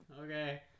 Okay